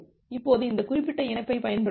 இப்போது இந்த குறிப்பிட்ட இணைப்பைப் பயன்படுத்தும்